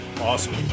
Awesome